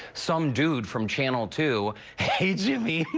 some dude from channel two, hey, jimmy.